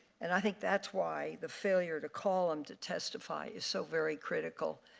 and i think that's why the failure to call him to testify is so very critical.